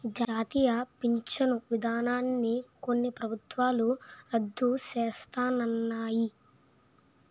జాతీయ పించను విధానాన్ని కొన్ని ప్రభుత్వాలు రద్దు సేస్తన్నాయి